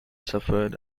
suffered